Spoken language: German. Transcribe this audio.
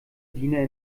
diener